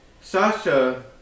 Sasha